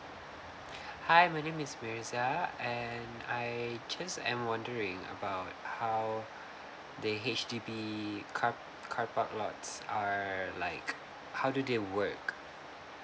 hi my name is rezza and I just I'm wondering about how the H_D_B car carpark lots are like how do they work